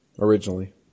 Originally